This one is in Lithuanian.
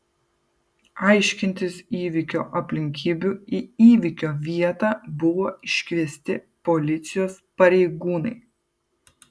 aiškintis įvykio aplinkybių į įvykio vietą buvo iškviesti policijos pareigūnai